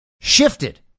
shifted